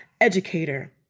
educator